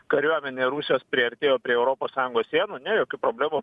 kariuomenė rusijos priartėjo prie europos sąjungos sienų ne jokių problemų